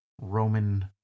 Roman